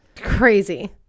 Crazy